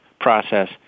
process